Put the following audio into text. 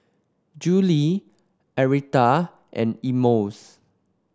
Judyth Aretha and Emmons